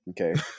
okay